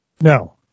No